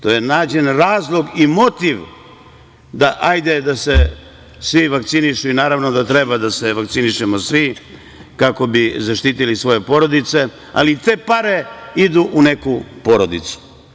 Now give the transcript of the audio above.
To je nađen razlog i motiv da se svi vakcinišu, i naravno da treba da se vakcinišemo svi, kako bi zaštitili svoje porodice, ali i te pare idu u neku porodicu.